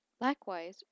Likewise